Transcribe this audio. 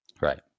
right